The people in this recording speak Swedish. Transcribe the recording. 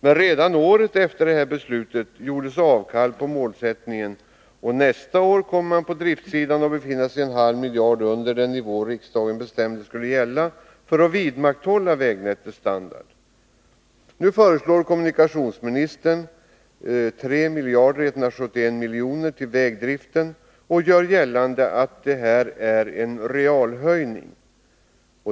Men redan året efter detta beslut gjordes avkall på målsättningen, och nästa år kommer man på driftsidan att befinna sig en halv miljard under den nivå riksdagen bestämde för att man skulle kunna vidmakthålla vägnätets standard. Kommunikationsministern föreslår nu 3 171 milj.kr. till vägdriften, och han gör gällande att detta är en realhöjning.